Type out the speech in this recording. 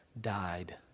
died